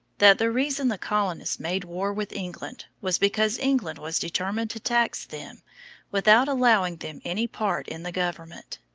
that the reason the colonists made war with england was because england was determined to tax them without allowing them any part in the government.